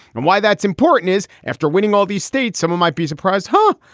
and why that's important is after winning all these states, someone might be surprised, huh?